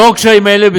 לנוכח הקשיים האלה,